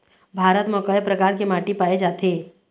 भारत म कय प्रकार के माटी पाए जाथे?